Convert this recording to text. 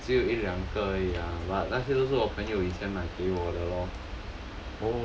只有一两个而已啦 but 那些都是我朋友以前买给我的咯